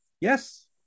Yes